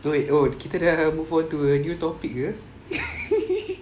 oh wait oh kita dah move on to a new topic here